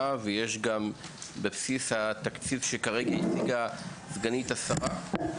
ויש גם בבסיס התקציב שכרגע הציגה סגנית השרה?